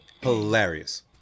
hilarious